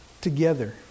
together